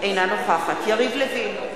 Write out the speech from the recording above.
אינה נוכחת יריב לוין,